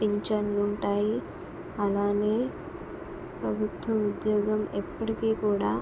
పింఛన్లు ఉంటాయి అలానే ప్రభుత్వ ఉద్యోగం ఎప్పటికీ కూడా